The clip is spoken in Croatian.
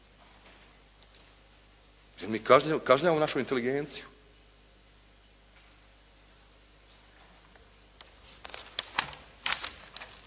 Jel mi kažnjavamo našu inteligenciju?